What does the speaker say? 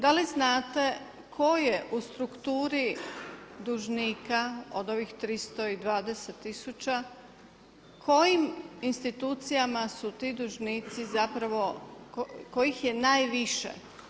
Da li znate koje u strukturi dužnika od ovih 20 tisuća u kojim institucijama su ti dužnici zapravo, kojih je najviše?